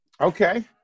Okay